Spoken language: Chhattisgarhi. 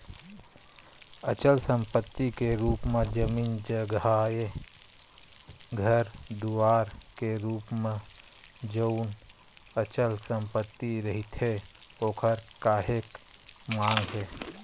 अचल संपत्ति के रुप म जमीन जघाए घर दुवार के रुप म जउन अचल संपत्ति रहिथे ओखर काहेक मांग हे